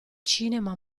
cinema